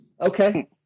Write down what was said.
Okay